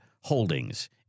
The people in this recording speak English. holdings